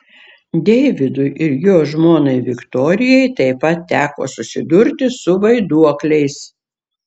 deividui ir jo žmonai viktorijai taip pat teko susidurti su vaiduokliais